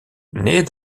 naît